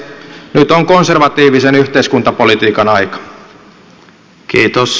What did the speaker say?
nyt on konservatiivisen yhteiskuntapolitiikan aika